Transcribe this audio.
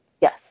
Yes